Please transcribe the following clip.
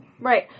Right